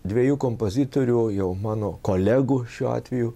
dviejų kompozitorių jau mano kolegų šiuo atveju